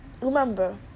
remember